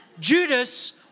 Judas